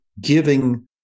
giving